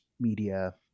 media